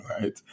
right